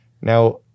Now